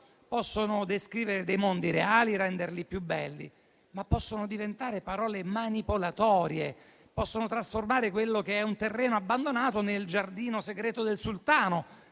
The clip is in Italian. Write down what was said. possono descrivere mondi reali e renderli più belli, ma possono anche diventare manipolatorie, possono trasformare un terreno abbandonato nel giardino segreto del sultano,